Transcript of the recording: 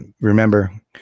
remember